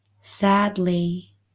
Sadly